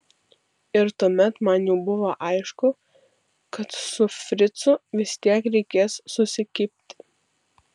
ir tuomet man jau buvo aišku kad su fricu vis tiek reikės susikibti